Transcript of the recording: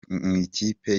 mw’ikipe